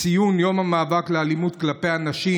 ציון יום המאבק באלימות כלפי הנשים,